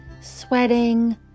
sweating